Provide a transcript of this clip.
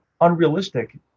unrealistic